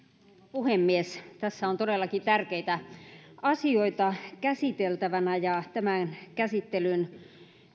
puhemies tässä on todellakin tärkeitä asioita käsiteltävänä ja tämän käsittelyn